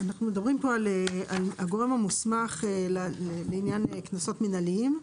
אנחנו מדברים פה על הגורם המוסמך לעניין קנסות מינהליים.